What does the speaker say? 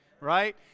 right